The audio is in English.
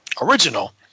Original